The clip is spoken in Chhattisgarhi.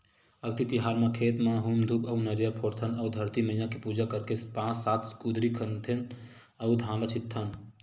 अक्ती तिहार म खेत म हूम धूप अउ नरियर फोड़थन अउ धरती मईया के पूजा करके पाँच सात कुदरी खनथे अउ धान ल छितथन